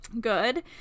good